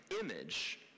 image